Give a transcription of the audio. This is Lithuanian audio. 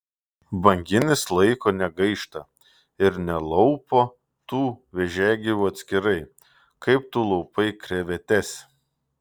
banginis laiko negaišta ir nelaupo tų vėžiagyvių atskirai kaip tu laupai krevetes